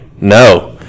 no